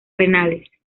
renales